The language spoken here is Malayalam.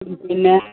ഉം പിന്നെ